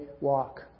walk